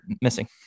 missing